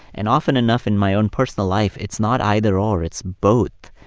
and often enough in my own personal life, it's not either-or, it's both